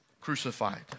crucified